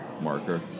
marker